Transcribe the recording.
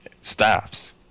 stops